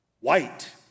white